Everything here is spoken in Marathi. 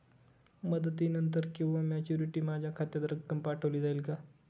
मुदतीनंतर किंवा मॅच्युरिटी माझ्या खात्यात रक्कम पाठवली जाईल का?